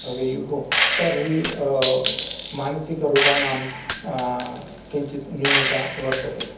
भवेयुः तर्हि मानसिकरोगाणां किञ्चित् न्यूनता वर्तते